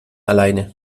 alleine